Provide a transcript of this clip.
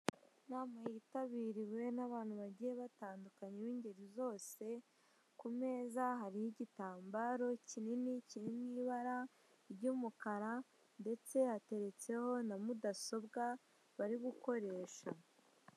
Inama yitabiriwe n'abantu bayiye batandukanye b'ingeri zoze, ku meza hariho igitambaro kinini cyiri mu ibara ry'umukara, ndetse hateretseho na mudasobwa bari gukoresha.